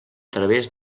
través